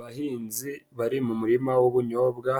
Abahinzi bari mu murima w'ubunyobwa,